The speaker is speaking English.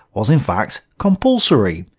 was in fact compulsory.